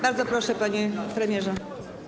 Bardzo proszę, panie premierze.